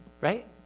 right